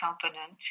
component